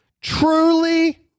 Truly